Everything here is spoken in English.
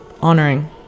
honoring